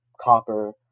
copper